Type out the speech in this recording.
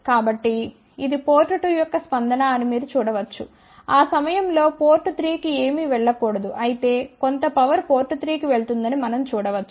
కాబట్టి ఇది పోర్ట్ 2 యొక్క స్పందన అని మీరు చూడవచ్చు ఆ సమయంలో పోర్ట్ 3 కి ఏమీ వెళ్ళ కూడదు అయితే కొంత పవర్ పోర్ట్ 3 కి వెళ్తుందని మనం చూడ వచ్చు